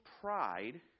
pride